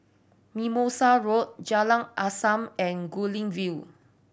Mimosa Road Jalan Azam and Guilin View